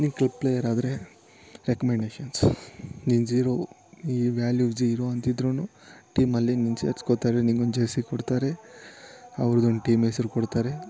ನೀವು ಕ್ಲಿಪ್ ಪ್ಲೇಯರಾದರೆ ರೆಕಮೆಂಡೇಶನ್ಸ್ ನೀನು ಝೀರೋ ಈ ವ್ಯಾಲ್ಯೂ ಝೀರೋ ಅಂತಿದ್ರು ಟೀಮಲ್ಲಿ ನಿನ್ನ ಸೇರಿಸ್ಕೋತಾರೆ ನಿಂಗೊಂದು ಜರ್ಸಿ ಕೊಡ್ತಾರೆ ಅವ್ರುದೊಂದು ಟೀಮೆಸ್ರು ಕೊಡ್ತಾರೆ